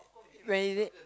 when is it